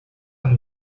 are